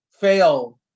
fail